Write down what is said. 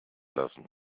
lassen